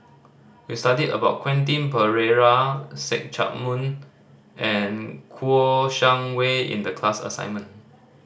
we study about Quentin Pereira See Chak Mun and Kouo Shang Wei in the class assignment